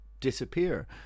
disappear